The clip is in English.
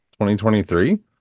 2023